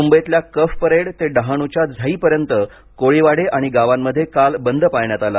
मुंबईतल्या कफपरेड ते डहाणुच्या झाईपर्यंत कोळीवाडे आणि गावांमध्ये काल बंद पाळण्यात आला